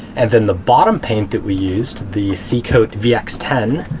and then the bottom paint that we used, the seacoat vx ten,